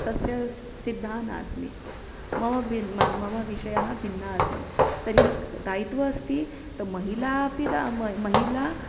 तस्य सिद्धा नास्मि मम भिन्नं मम विषयः भिन्ना अस्मि तर्हि दायित्वम् अस्ति त महिलापि द महिला